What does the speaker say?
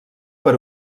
per